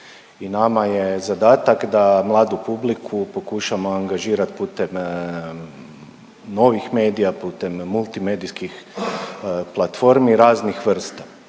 i nama je zadatak da mladu publiku pokušamo angažirat putem novih medija, putem multimedijskih platformi raznih vrsta